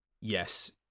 yes